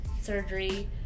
surgery